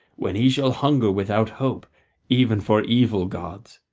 when he shall hunger without hope even for evil gods.